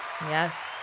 Yes